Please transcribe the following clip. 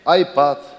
iPad